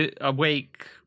awake